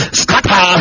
scatter